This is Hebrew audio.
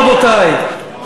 רבותי,